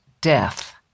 death